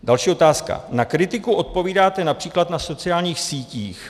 Další otázka: Na kritiku odpovídáte například na sociálních sítích.